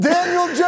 Daniel